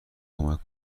کمک